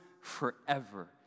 forever